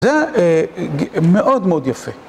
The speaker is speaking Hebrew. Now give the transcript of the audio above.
זה מאוד מאוד יפה.